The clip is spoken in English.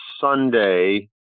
Sunday